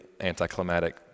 anticlimactic